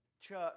church